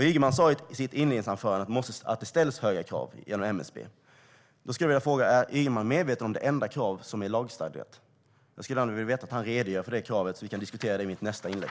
Ygeman sa i sitt inledningsanförande att det ställs höga krav genom MSB. Är Ygeman medveten om det enda krav som är lagstadgat? Jag skulle gärna vilja att han redogör för det kravet, så att vi kan diskutera det i mitt nästa inlägg.